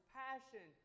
passion